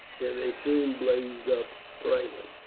where they soon blazed up brightly.